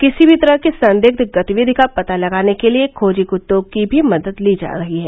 किसी भी तरह की संदिग्ध गतिविधि का पता लगाने के लिए खोजी कृत्तों की भी मदद ली जा रही है